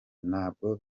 ntabwo